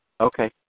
Okay